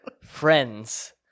friends